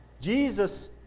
Jesus